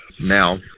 now